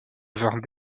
devinrent